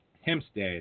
Hempstead